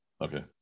Okay